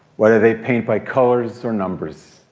whether they paint by colors or numbers,